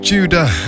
Judah